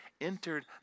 entered